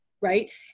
Right